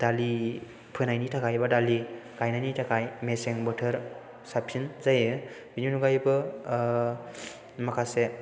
दालि फोनायनि थाखाय एबा दालि गायनायनि थाखाय मेसें बोथोरा साबसिन जायो बेनि अनगायैबो माखासे